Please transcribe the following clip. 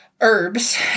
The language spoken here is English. Herbs